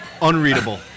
Unreadable